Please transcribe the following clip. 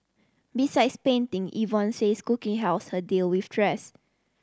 besides painting Yvonne says cooking helps her deal with stress